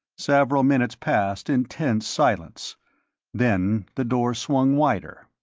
several minutes passed in tense silence then the door swung wider.